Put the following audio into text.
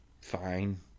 fine